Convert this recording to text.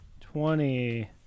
twenty